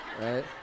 Right